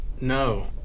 no